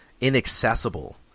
inaccessible